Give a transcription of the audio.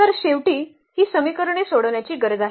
तर शेवटी ही समीकरणे सोडवण्याची गरज आहे